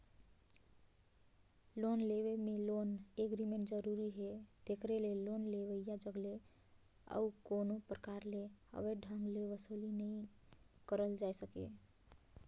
loan लेवब में loan agreement जरूरी हे तेकरे ले लोन लेवइया जग ले अउ कोनो परकार ले अवैध ढंग ले बसूली नी करल जाए सके